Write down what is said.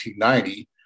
1990